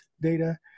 data